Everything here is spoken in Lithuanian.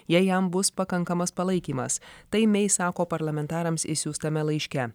jei jam bus pakankamas palaikymas tai mei sako parlamentarams išsiųstame laiške